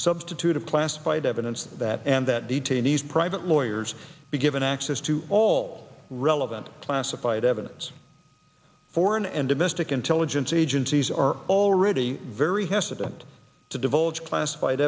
substitute of classified evidence that and that detainees private lawyers be given access to all relevant classified evidence foreign and domestic intelligence agencies are already very hesitant to divulge classified